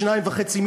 2 מיליון וחצי,